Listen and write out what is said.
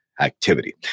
activity